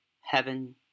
heaven